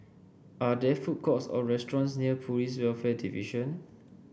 are there food courts or restaurants near Police Welfare Division